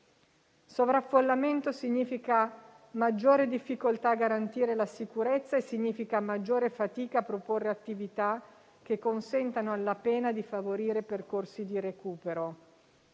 Sovraffollamento significa maggiore difficoltà a garantire la sicurezza e significa maggiore fatica a proporre attività che consentano alla pena di favorire percorsi di recupero.